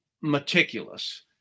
meticulous